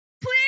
Please